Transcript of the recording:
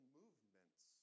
movements